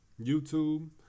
YouTube